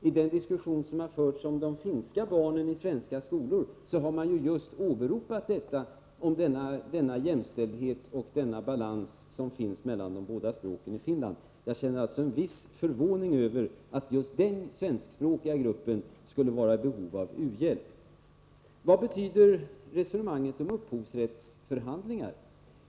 I den diskussion som har förts om de finska barnen i svenska skolor har man just åberopat den jämställdhet och balans som finns mellan de båda språken i Finland. Jag känner alltså en viss förvåning att just den svenskspråkiga gruppen skulle vara i behov av u-hjälp. Vad betyder resonemanget om upphovsrättsförhandlingar?